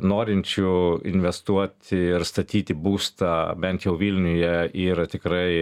norinčių investuoti ir statyti būstą bent jau vilniuje yra tikrai